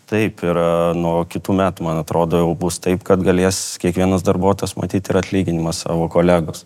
taip ir nuo kitų metų man atrodo jau bus taip kad galės kiekvienas darbuotojas matyt ir atlyginimą savo kolegos